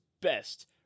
best